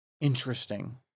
interesting